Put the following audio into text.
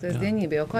kasdienybėj o ko